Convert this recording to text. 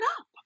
up